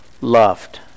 loved